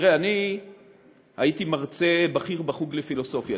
תראה, למשל, אני הייתי מרצה בכיר בחוג לפילוסופיה,